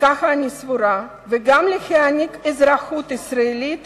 כך אני סבורה, וגם להעניק אזרחות ישראלית